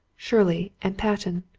shirley and patten,